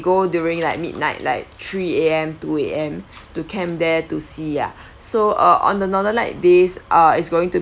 go during like midnight like three A_M two A_M to camp there to see ah so uh on the northern lights this uh it's going to